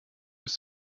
ist